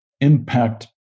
impact